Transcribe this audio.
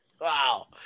Wow